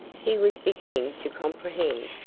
he was beginning to comprehend.